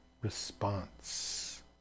response